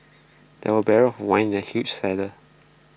there were barrels of wine in the huge cellar